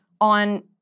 on